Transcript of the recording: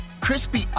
Crispy